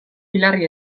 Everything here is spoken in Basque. pilarri